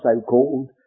so-called